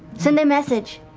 send a message.